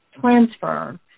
Transfer